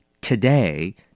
Today